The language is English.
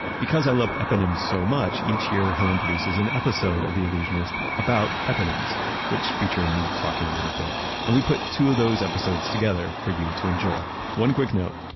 because i love eponyms so much, each year helen produces an episode of the allusionist about eponyms which feature me talking a little bit and we put two of those episodes together for you to enjoy. one quick note,